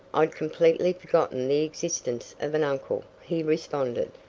i'd completely forgotten the existence of an uncle, he responded.